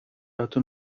هاتون